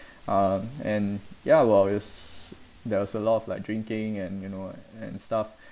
um and ya while is there was a lot of like drinking and you know and stuff